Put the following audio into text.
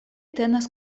tenas